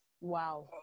wow